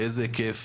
באיזה היקף.